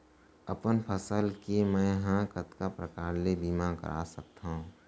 अपन फसल के मै ह कतका प्रकार ले बीमा करा सकथो?